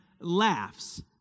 laughs